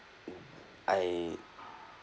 I